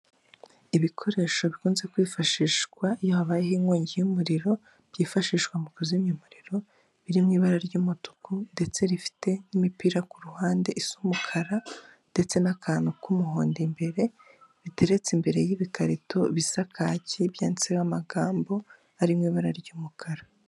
Ibikoresho bikunze kwifashishwa iyo habayeho inkongi y'umuriro byifashishwa mu kuzimya umuriro birimo ibara ry'umutuku ndetse rifite n'imipira ku ruhande isa umukara ndetse n'akantu k'umuhondo imbere, biteretse imbere y'ibikarito bisa kaki byanditseho amagambo arimo ibara ry'umukara.